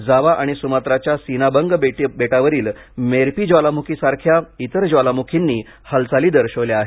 जावा आणि सुमात्राच्या सीनाबंग बेटावरील मेरपी ज्वालामुखीसारख्या इतर ज्वालामुखींनी हालचाली दर्शविल्या आहेत